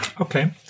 Okay